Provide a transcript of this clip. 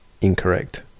incorrect